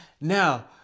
Now